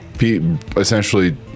essentially